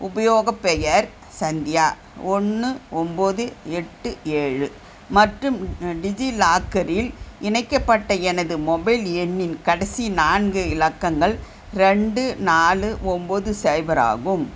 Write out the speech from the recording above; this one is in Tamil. உபயோகப் பெயர் சந்தியா ஒன்று ஒம்பது எட்டு ஏழு மற்றும் டிஜிலாக்கரில் இணைக்கப்பட்ட எனது மொபைல் எண்ணின் கடைசி நான்கு இலக்கங்கள் ரெண்டு நாலு ஒம்பது சைபர் ஆகும்